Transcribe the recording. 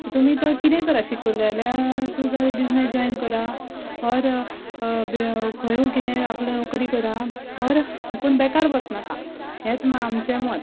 so तुमी तो कितें करा शिकलेले आसूं जाल्यार बिझनेस जॉयन करा ओर खंयूय कितें आपली नोकरी करा ओर पूण बेकार बसनाका हेंच आमचें मत